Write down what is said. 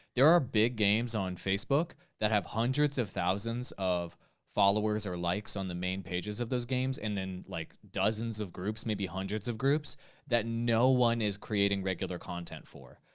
there are big games on facebook, that have hundreds of thousands of followers or likes on the main pages of those games. and then, like dozens of groups, maybe hundreds of groups that no one is creating regular content for.